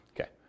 Okay